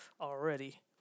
already